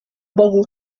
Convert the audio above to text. bogu